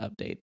update